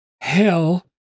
hell